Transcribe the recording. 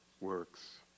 Works